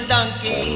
Donkey